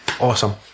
Awesome